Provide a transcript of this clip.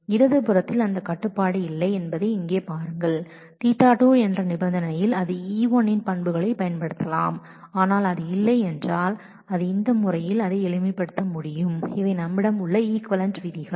இடது புறத்தில் உள்ள அந்த கட்டுப்பாடு Ɵ2 என்ற நிபந்தனையில் இல்லை என்பதை இங்கே பாருங்கள் அது E1 இன் அட்ரிபியூட்களையும் பயன்படுத்தலாம் ஆனால் அது இல்லை என்றால் அது இந்த முறையில் அதை எளிமைப்படுத்த முடியும் இவை நம்மிடம் உள்ள ஈக்விவலெண்ட் விதிகள்